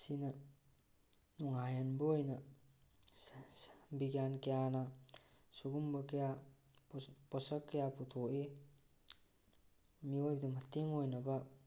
ꯁꯤꯅ ꯅꯨꯡꯉꯥꯏꯍꯟꯕ ꯑꯣꯏꯅ ꯕꯤꯒ꯭ꯌꯥꯟ ꯀꯌꯥꯅ ꯁꯨꯒꯨꯝꯕ ꯀꯌꯥ ꯄꯣꯠꯁꯛ ꯀꯌꯥ ꯄꯨꯊꯣꯛꯏ ꯃꯤꯑꯣꯏꯕꯗ ꯃꯇꯦꯡ ꯑꯣꯏꯅꯕ